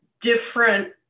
different